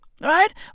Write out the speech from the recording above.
right